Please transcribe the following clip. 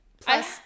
Plus